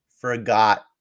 forgot